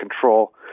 control